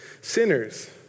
sinners